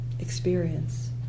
experience